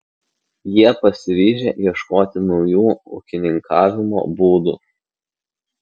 jie pasiryžę ieškoti naujų ūkininkavimo būdų